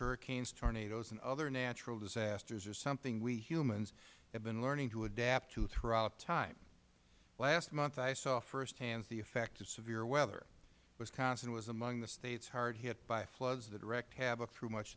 hurricanes tornados and other natural disasters are something we humans have been learning to adapt to throughout time last month i saw firsthand the effects of severe weather wisconsin was among the states hard hit by floods that wreaked havoc through much